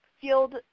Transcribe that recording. field